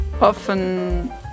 often